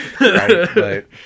right